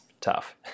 tough